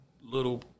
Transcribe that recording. little